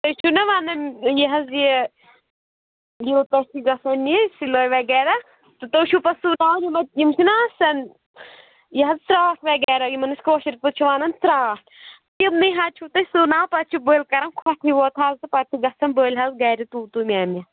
تُہۍ چھُو نا وَنان یہِ حظ یہِ یوٗتاہ چھُ گژھان یہِ سِلأے وغیرہ تہٕ تُہۍ چھُو پتہٕ سُوناوَن یِمَے یِم چھِنا آسان یہِ حظ ترٛاتھ وغیرہ یِمَن أسۍ کأشِر پأٹھۍ چھِ وَنان ترٛاتھ تِمنٕےٕ ہَتھِ چھُو تُہۍ سُوناوان پتہٕ چھُو بٔلۍ کَران کھۄکھنہِ حظ تہٕ پتہٕ چھُ گژھان بٔلۍ حظ گرِ توٗ توٗ میں میں